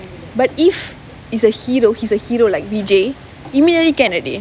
but if is a hero he's a hero like vijay immediately can already